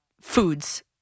foods